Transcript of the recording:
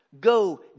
Go